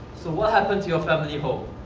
so what happened to your family home?